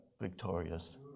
victorious